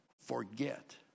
forget